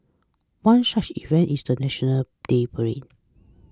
one such event is the National Day parade